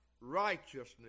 righteousness